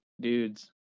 dudes